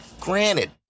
Granted